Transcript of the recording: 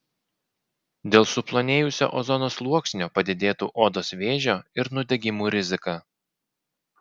dėl suplonėjusio ozono sluoksnio padidėtų odos vėžio ir nudegimų rizika